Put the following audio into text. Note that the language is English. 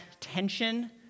tension